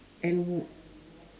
and